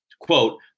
quote